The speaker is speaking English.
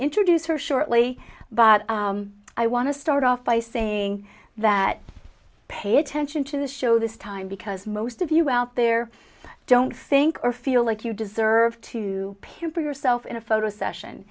introduce her shortly but i want to start off by saying that pay attention to the show this time because most of you out there don't think or feel like you deserve to pimp yourself in a photo session